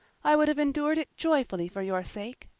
i would have endured it joyfully for your sake.